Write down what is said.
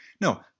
No